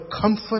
comfort